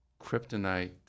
kryptonite